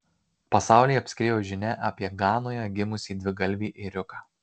pasaulį apskriejo žinia apie ganoje gimusį dvigalvį ėriuką